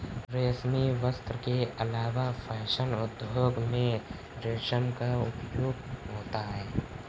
रेशमी वस्त्र के अलावा फैशन उद्योग में रेशम का उपयोग होता है